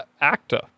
actor